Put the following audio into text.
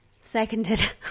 Seconded